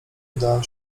udałam